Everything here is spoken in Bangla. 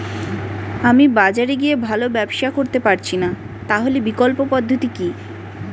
আমি বাজারে গিয়ে ভালো ব্যবসা করতে পারছি না তাহলে বিকল্প পদ্ধতি কি?